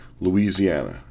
Louisiana